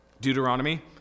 Deuteronomy